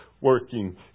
working